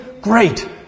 great